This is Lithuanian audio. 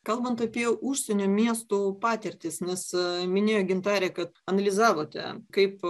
kalbant apie užsienio miestų patirtis nes minėjo gintarė kad analizavote kaip